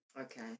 Okay